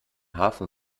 hafen